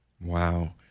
Wow